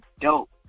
Dope